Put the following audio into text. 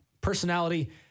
personality